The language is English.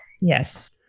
yes